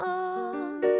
on